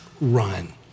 run